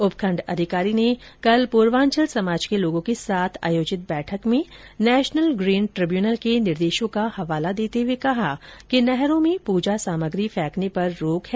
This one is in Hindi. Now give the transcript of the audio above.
उपखंड अधिकारी ने कल पूर्वाचल समाज के लोगों के साथ आयोजित बैठक में नेशनल ग्रीन ट्रिब्यूनल के निर्देशों का हवाला देते हुए कहा कि नहरों में पूजा सामग्री फेंकने पर रोक है